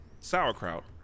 sauerkraut